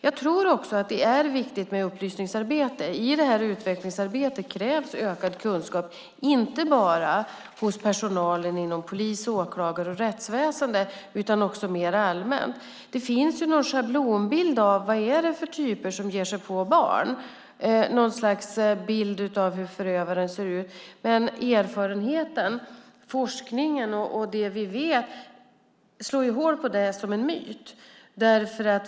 Jag tror också att det är viktigt med ett upplysningsarbete. I utvecklingsarbetet krävs ökad kunskap, inte bara hos personal inom polis, åklagare och rättsväsen utan också mer allmänt. Det finns en schablonbild av vilka typer det är som ger sig på barn - något slags bild av hur förövaren ser ut. Erfarenhet och forskning slår hål på det som en myt.